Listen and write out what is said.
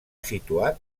situat